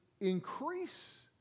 increase